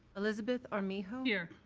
elizabeth armijo. here.